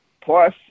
plus